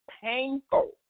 painful